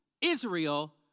Israel